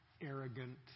arrogant